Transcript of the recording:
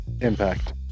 impact